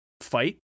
fight